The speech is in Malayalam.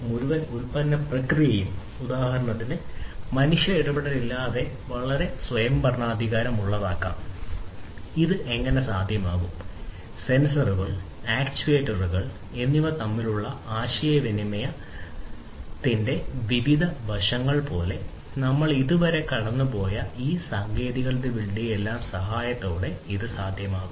മുഴുവൻ ഉൽപ്പന്ന നിരയും എന്നിവ തമ്മിലുള്ള ആശയവിനിമയത്തിന്റെ വിവിധ വശങ്ങൾ പോലെ നമ്മൾ ഇതുവരെ കടന്നുപോയ ഈ സാങ്കേതികവിദ്യകളുടെയെല്ലാം സഹായത്തോടെ അത് സാധ്യമാകും